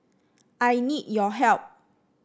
I need your help